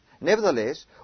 Nevertheless